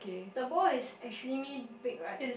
the ball is extremely big right